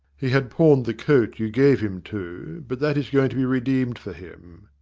he had pawned the coat you gave him, too, but that is going to be redeemed for him.